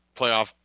playoff